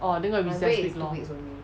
orh then got recess break lor